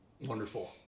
wonderful